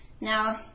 now